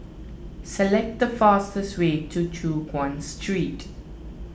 select the fastest way to Choon Guan Street